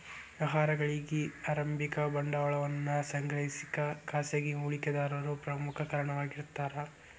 ವ್ಯವಹಾರಗಳಿಗಿ ಆರಂಭಿಕ ಬಂಡವಾಳವನ್ನ ಸಂಗ್ರಹಿಸಕ ಖಾಸಗಿ ಹೂಡಿಕೆದಾರರು ಪ್ರಮುಖ ಕಾರಣವಾಗಿರ್ತಾರ